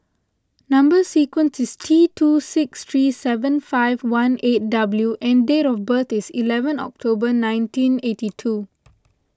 Number Sequence is T two six three seven five one eight W and date of birth is eleven October nineteen eighty two